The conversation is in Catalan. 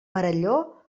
perelló